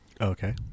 Okay